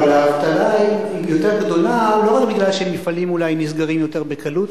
אבל האבטלה היא יותר גדולה לא רק משום שמפעלים אולי נסגרים יותר בקלות,